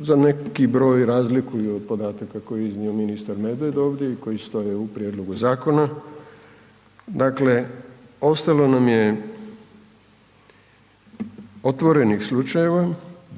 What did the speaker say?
za neki broj razliku od podataka koji je iznio ministar Medved ovdje i koji stoje u prijedlogu zakona, dakle ostalo nam je otvorenih slučajeva